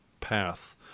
path